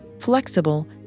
flexible